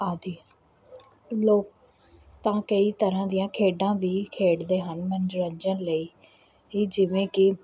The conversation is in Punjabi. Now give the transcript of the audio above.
ਆਦਿ ਲੋਕ ਤਾਂ ਕਈ ਤਰ੍ਹਾਂ ਦੀਆਂ ਖੇਡਾਂ ਵੀ ਖੇਡਦੇ ਹਨ ਮਨੋਰੰਜਨ ਲਈ ਇਹ ਜਿਵੇਂ ਕਿ